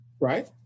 right